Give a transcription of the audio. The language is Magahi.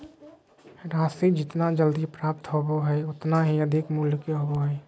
राशि जितना जल्दी प्राप्त होबो हइ उतना ही अधिक मूल्य के होबो हइ